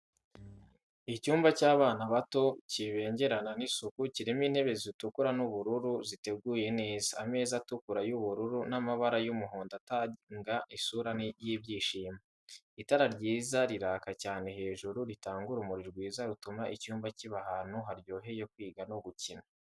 Icyumba cy’abana bato kirabengerana n'isuku, kirimo intebe zitukura n’ubururu ziteguye neza. Ameza atukura, y’ubururu n’amabara y’umuhondo atanga isura y’ibyishimo. Itara ryiza riraka cyane hejuru, ritanga urumuri rwiza rutuma icyumba kiba ahantu haryoheye kwiga no gukina.